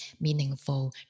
meaningful